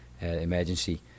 emergency